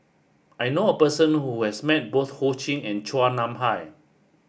I knew a person who has met both Ho Ching and Chua Nam Hai